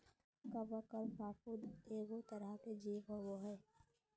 कवक आर फफूंद एगो तरह के जीव होबय हइ